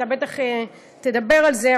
אתה בטח תדבר על זה,